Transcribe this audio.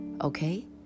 okay